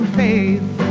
faith